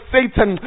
Satan